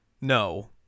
No